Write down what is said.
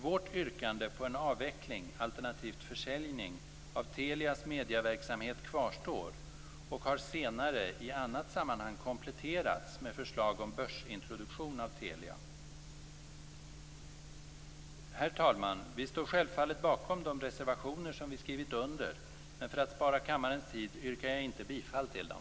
Vårt yrkande på en avveckling alternativt försäljning av Telias medieverksamhet kvarstår och har senare i annat sammanhang kompletterats med förslag om börsintroduktion av Telia. Herr talman! Vi står självfallet bakom de reservationer som vi skrivit under, men för att spara kammarens tid yrkar jag inte bifall till dem.